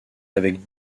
avec